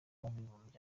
w’abibumbye